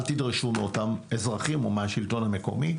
תדרשו מאותם אזרחים או מהשלטון המקומי.